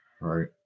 right